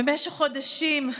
במשך חודשים,